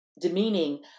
demeaning